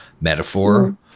metaphor